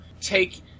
take